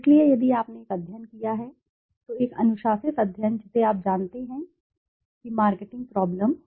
इसलिए यदि आपने एक अध्ययन किया है तो एक अनुशासित अध्ययन जिसे आप जानते हैं कि मार्केटिंग प्रॉब्लम्स